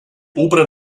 oberen